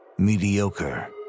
Mediocre